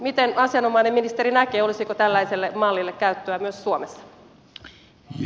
miten asianomainen ministeri näkee olisiko tällaiselle mallille käyttöä myös suomessa